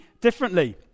differently